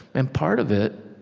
and part of it